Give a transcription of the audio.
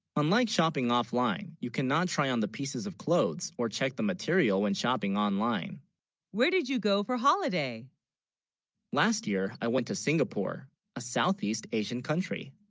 unlike shopping offline you cannot try on the pieces of clothes or check the material when shopping online where did you go for holiday last year i went to singapore a southeast, asian, country